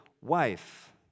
wife